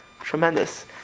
Tremendous